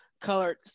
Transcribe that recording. colored